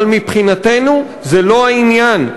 אבל מבחינתנו זה לא העניין.